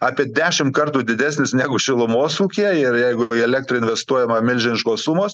apie dešim kartų didesnis negu šilumos ūkyje ir jeigu į elektrą investuojama milžiniškos sumos